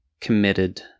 committed